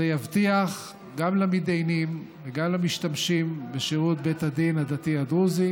זה יבטיח גם למתדיינים וגם למשתמשים בשירות בית הדין הדתי הדרוזי